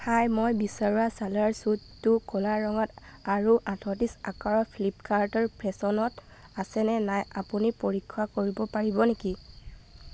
হাই মই বিচৰা ছালৱাৰ ছুটটো ক'লা ৰঙত আৰু আঠত্ৰিছ আকাৰত ফ্লিপকাৰ্ট ফেশ্বনত আছেনে নাই আপুনি পৰীক্ষা কৰিব পাৰিব নেকি